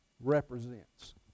represents